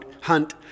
hunt